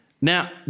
Now